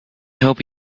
hope